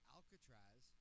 Alcatraz